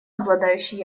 обладающий